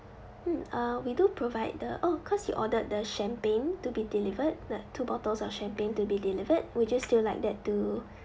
mm uh we do provide the oh cause you ordered the champagne to be delivered that two bottles of champagne to be delivered would you still like that too